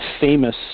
famous